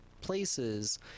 places